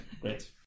Great